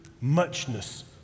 muchness